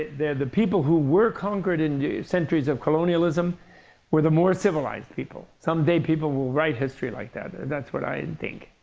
the people who were conquered in centuries of colonialism were the more civilized people. some day people will write history like that. that's what i and think.